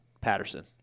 Patterson